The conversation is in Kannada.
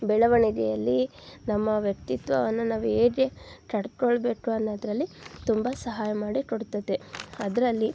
ಬೆಳವಣಿಗೆಯಲ್ಲಿ ನಮ್ಮ ವ್ಯಕ್ತಿತ್ವವನ್ನು ನಾವು ಹೇಗೆ ಕಟ್ಟಿಕೊಳ್ಬೇಕು ಅನ್ನೋದರಲ್ಲಿ ತುಂಬ ಸಹಾಯ ಮಾಡಿಕೊಡ್ತದೆ ಅದರಲ್ಲಿ